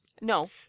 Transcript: No